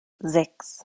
sechs